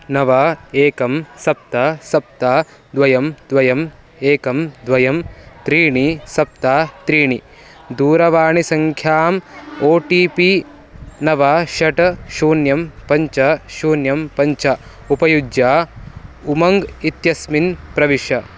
नव एकं सप्त सप्त द्वे द्वे एकं द्वे त्रीणि सप्त त्रीणि दूरवाणिसङ्ख्याम् ओ टि पि नव षट् शून्यं पञ्च शून्यं पञ्च उपयुज्य उमङ्ग् इत्यस्मिन् प्रविश